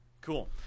Cool